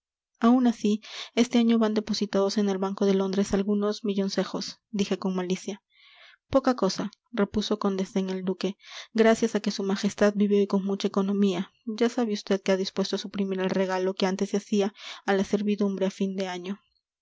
aun así este año van depositados en el banco de londres algunos milloncejos dije con malicia poca cosa repuso con desdén el duque gracias a que su majestad vive hoy con mucha economía ya sabe vd que ha dispuesto suprimir el regalo que antes se hacía a la servidumbre a fin de año